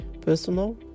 personal